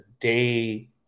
day